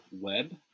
Web